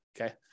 Okay